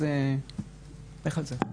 אז לך על זה.